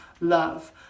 love